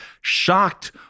shocked